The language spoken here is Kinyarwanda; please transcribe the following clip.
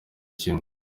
kimwe